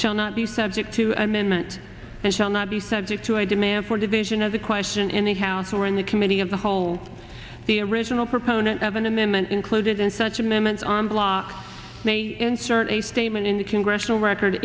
shall not be subject to amendment and shall not be subject to a demand for division as a question in the house or in the committee of the whole the original proponent of an amendment included in such a moment on blocks may insert a statement in the congressional record